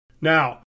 Now